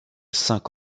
cinq